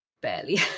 barely